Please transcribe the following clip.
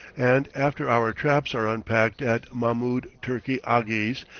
and, after our traps are unpacked at mahmoud turki aghi's,